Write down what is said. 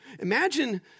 Imagine